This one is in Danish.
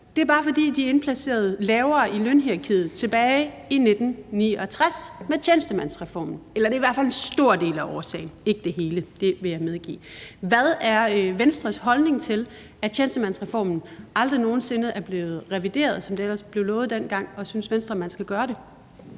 Det er bare, fordi de blev indplaceret lavere i lønhierarkiet tilbage i 1969 med tjenestemandsreformen – det er i hvert fald en stor del af årsagen, ikke den hele; det vil jeg medgive. Hvad er Venstres holdning til, at tjenestemandsreformen aldrig nogen sinde er blevet revideret, som det ellers blev lovet dengang? Og synes Venstre, at man skal gøre det?